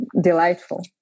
delightful